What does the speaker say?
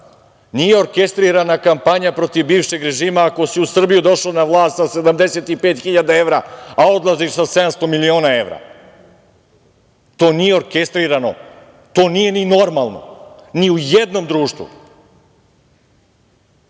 nije orkestrirana kampanja protiv bivšeg režima ako si u Srbiju došao na vlast sa 75 hiljada evra, a odlaziš sa 700 miliona evra. To nije orkestrirano, to nije ni normalno, ni u jednom